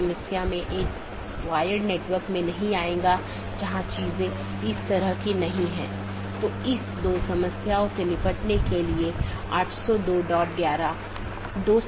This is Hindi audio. इसलिए एक मल्टीहोम एजेंट ऑटॉनमस सिस्टमों के प्रतिबंधित सेट के लिए पारगमन कि तरह काम कर सकता है